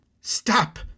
Stop